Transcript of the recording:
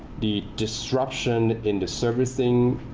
the disruption in the servicing